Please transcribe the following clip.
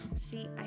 see